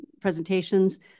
presentations